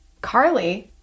Carly